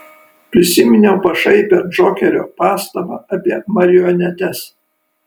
prisiminiau pašaipią džokerio pastabą apie marionetes